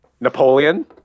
Napoleon